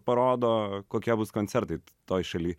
parodo kokie bus koncertai toj šalyj